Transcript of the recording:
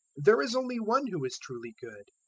there is only one who is truly good.